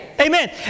Amen